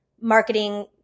marketing